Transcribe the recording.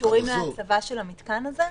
אישורים להצבה של המתקן הזה?